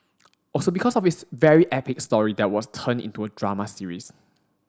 also because of his very epic story that was turned into a drama series